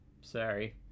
sorry